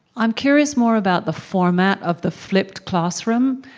i'm curious more about the format of the flipped classroom.